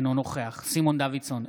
אינו נוכח סימון דוידסון,